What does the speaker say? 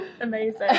Amazing